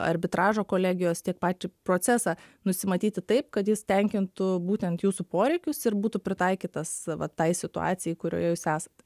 arbitražo kolegijos tiek patį procesą nusimatyti taip kad jis tenkintų būtent jūsų poreikius ir būtų pritaikytas va tai situacijai kurioje jūs esate